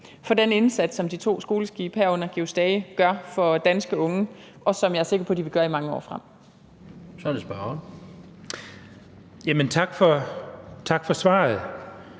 for den indsats, som de to skoleskibe, herunder »Georg Stage«, gør for danske unge, og som jeg er sikker på at de vil gøre i mange år frem. Kl. 16:34 Tredje næstformand